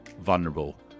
vulnerable